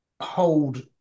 hold